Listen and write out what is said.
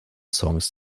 songs